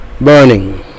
burning